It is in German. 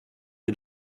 die